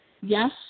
Yes